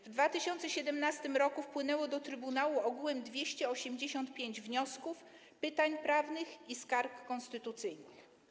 W 2017 r. wpłynęło do trybunału ogółem 285 wniosków, pytań prawnych i skarg konstytucyjnych.